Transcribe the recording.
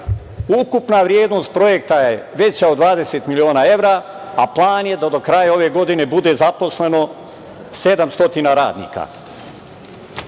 Ukupna vrednost projekta je veća od 20 miliona evra, a plan je da do kraja ove godine bude zaposleno 700 radnika. Još